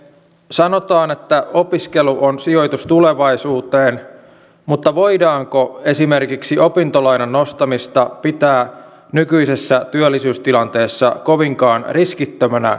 sanotaan että opiskelu on sijoitus tulevaisuuteen mutta voidaanko esimerkiksi opintolainan nostamista pitää nykyisessä työllisyystilanteessa kovinkaan riskittömänä sijoituksena opiskelijalle